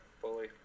fully